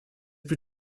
plus